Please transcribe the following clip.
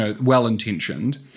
well-intentioned